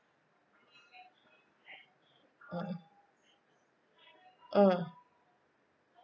mmhmm mm